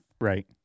Right